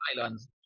islands